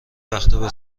وقتابه